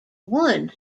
won